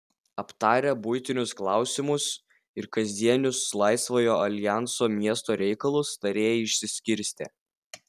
aptarę buitinius klausimus ir kasdienius laisvojo aljanso miesto reikalus tarėjai išsiskirstė